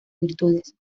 virtudes